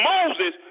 Moses